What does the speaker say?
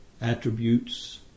attributes